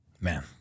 Man